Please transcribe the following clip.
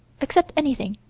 accept anything.